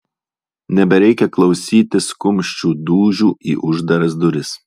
nebereikia klausytis kumščių dūžių į uždaras duris